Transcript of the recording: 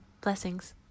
Blessings